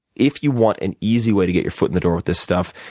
if you want an easy way to get your foot in the door with this stuff,